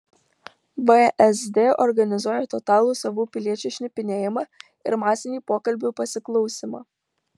vsd organizuoja totalų savų piliečių šnipinėjimą ir masinį pokalbių pasiklausymą